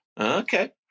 Okay